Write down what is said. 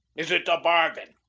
is it a bargain?